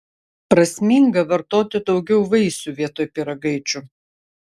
prasminga vartoti daugiau vaisių vietoj pyragaičių